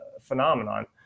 phenomenon